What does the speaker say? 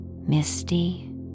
misty